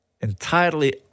Entirely